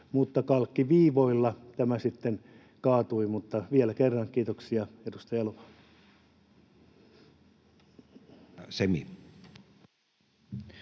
mutta kalkkiviivoilla tämä sitten kaatui. Mutta vielä kerran kiitoksia, edustaja Elomaa.